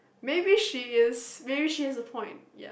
maybe she is maybe she has a point ya